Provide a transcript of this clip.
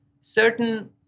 certain